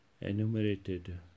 enumerated